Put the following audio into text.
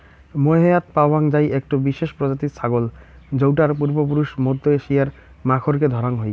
মোহেয়াৎ পাওয়াং যাই একটো বিশেষ প্রজাতির ছাগল যৌটার পূর্বপুরুষ মধ্য এশিয়ার মাখরকে ধরাং হই